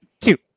Two